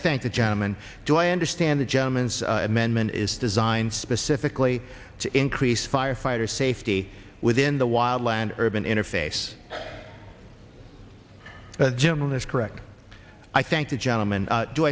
thank the gentleman do i understand the germans amendment is designed specifically to increase firefighters safety within the wildland urban interface jim that's correct i thank the gentleman